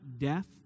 death